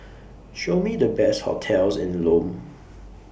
Show Me The Best hotels in Lome